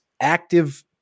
active